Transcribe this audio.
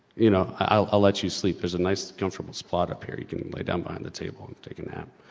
you know, i'll, i'll let you sleep. there's a nice and comfortable spot up here, you can lie down behind the table and take a nap.